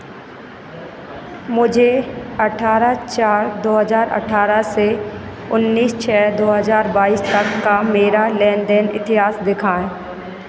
मुझे अठारह चार दो हज़ार अठारह से उन्नीस छः दो हज़ार बाईस तक का मेरा लेन देन इतिहास दिखाएँ